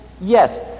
Yes